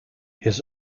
his